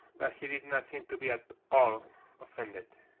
but he did not seem to be at all offended.